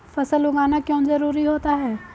फसल उगाना क्यों जरूरी होता है?